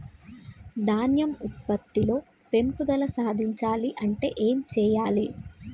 ధాన్యం ఉత్పత్తి లో పెంపుదల సాధించాలి అంటే ఏం చెయ్యాలి?